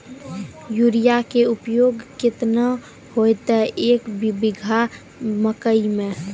Urea के उपयोग केतना होइतै, एक बीघा मकई मे?